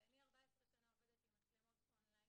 אני 14 שנה עובדת עם מצלמות און-ליין.